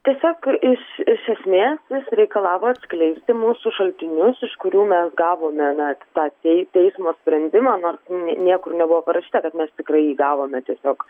tiesiog iš iš esmės jis reikalavo atskleisti mūsų šaltinius iš kurių mes gavome na tą tei teismo sprendimą nors niekur nebuvo parašyta kad mes tikrai jį gavome tiesiog